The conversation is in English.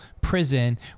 prison